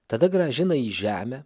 tada grąžina į žemę